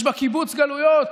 יש בה קיבוץ גלויות,